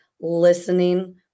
listening